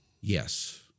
Yes